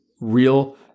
real